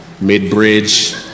Mid-bridge